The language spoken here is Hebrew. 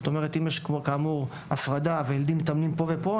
אם יש הפרדה וילדים מתאמנים פה ופה,